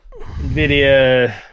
NVIDIA